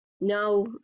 No